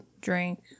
drink